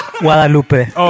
Guadalupe